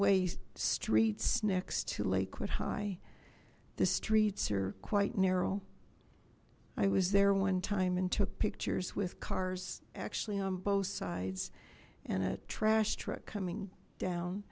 way streets next to lakewood high the streets are quite narrow i was there one time and took pictures with cars actually on both sides and a trash truck coming down